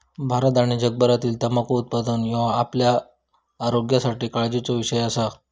भारत आणि जगभरातील तंबाखू उत्पादन ह्यो आपल्या आरोग्यासाठी काळजीचो विषय असा